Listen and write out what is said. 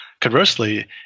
Conversely